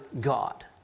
God